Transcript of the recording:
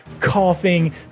coughing